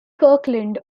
kirkland